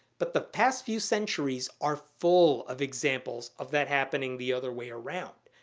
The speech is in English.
but the past few centuries are full of examples of that happening the other way around,